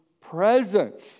presence